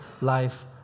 life